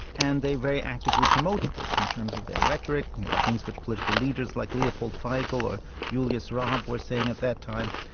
and they very actively promoted this in terms of their rhetoric, and and the things which political leaders like leopold figl or julius raab were saying at that time,